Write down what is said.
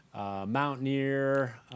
mountaineer